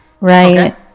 right